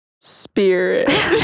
Spirit